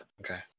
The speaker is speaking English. okay